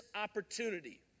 opportunity